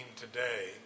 today